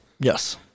Yes